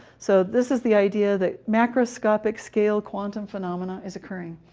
so this is the idea that macroscopic scale quantum phenomena is occurring.